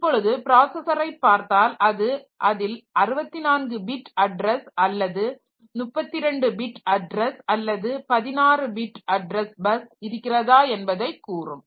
இப்பொழுது பிராசஸரை பார்த்தால் அது அதில் 64 பிட் அட்ரஸ் அல்லது 32 பிட் அட்ரஸ் அல்லது 16 பிட் அட்ரஸ் பஸ் இருக்கிறதா என்பதைக் கூறும்